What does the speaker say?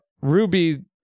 ruby